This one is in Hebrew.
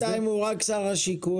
בינתיים הוא רק שר השיכון.